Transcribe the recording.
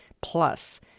plus